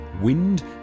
wind